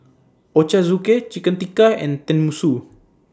Ochazuke Chicken Tikka and Tenmusu